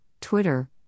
Twitter